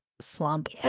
Slump